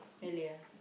really ah